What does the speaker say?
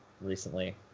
recently